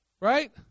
Right